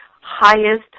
highest